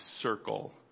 circle